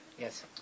Yes